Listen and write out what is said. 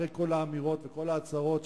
אחרי כל האמירות וכל ההצהרות,